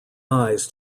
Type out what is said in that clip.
eyes